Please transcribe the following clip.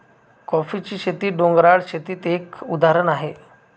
कॉफीची शेती, डोंगराळ शेतीच एक उदाहरण आहे